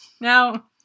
now